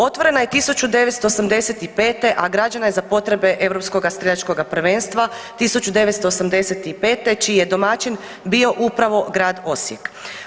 Otvorena je 1985., a građena je za potrebe Europskoga streljačkoga prvenstva 1985. čiji je domaćim bio upravo grad Osijek.